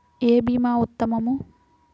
ఏ భీమా ఉత్తమము?